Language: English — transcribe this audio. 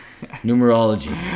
Numerology